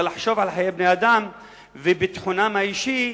לחשוב על חיי בני-אדם וביטחונם האישי.